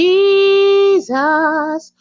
Jesus